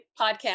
podcast